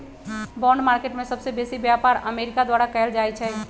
bond market में सबसे बेसी व्यापार अमेरिका द्वारा कएल जाइ छइ